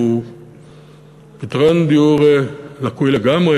שהוא פתרון דיור לקוי לגמרי,